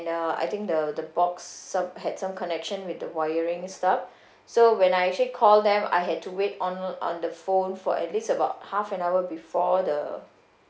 uh I think the the box som~ had some connection with the wiring stuff so when I actually called them I had to wait on on the phone for at least about half an hour before the